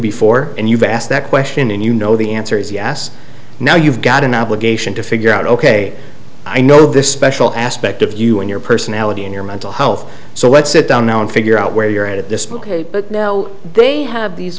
before and you've asked that question and you know the answer is yes now you've got an obligation to figure out ok i know this special aspect of you and your personality and your mental health so let's sit down now and figure out where you're at this book now they have these